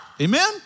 Amen